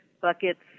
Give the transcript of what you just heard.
buckets